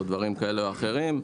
ודברים כאלה ואחרים,